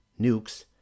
nukes